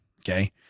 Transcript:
Okay